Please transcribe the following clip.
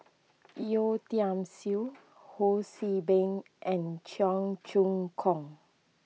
Yeo Tiam Siew Ho See Beng and Cheong Choong Kong